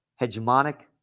hegemonic